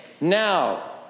Now